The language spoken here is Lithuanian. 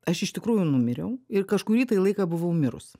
aš iš tikrųjų numiriau ir kažkurį tai laiką buvau mirus